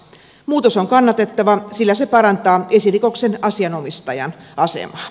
muutos on kannatettava sillä se parantaa esirikoksen asianomistajan asemaa